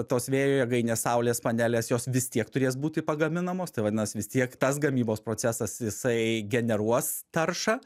tos vėjo jėgainės saulės panelės jos vis tiek turės būti pagaminamos tai vadinas vis tiek tas gamybos procesas jisai generuos taršą